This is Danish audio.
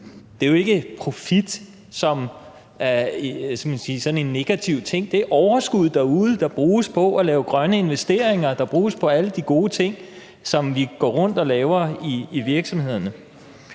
Det handler jo ikke om profit som sådan en negativ ting. Det er overskuddet derude, der bruges på at lave grønne investeringer, der bruges på alle de gode ting, som de går rundt og laver i virksomhederne.